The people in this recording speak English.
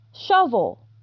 Shovel